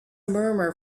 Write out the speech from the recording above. murmur